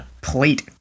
plate